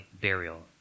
burial